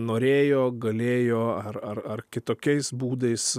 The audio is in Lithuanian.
norėjo galėjo ar ar ar kitokiais būdais